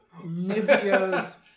Nivea's